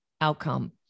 outcome